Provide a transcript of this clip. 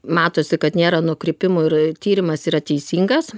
matosi kad nėra nukrypimų ir tyrimas yra teisingas